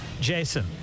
Jason